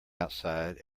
outside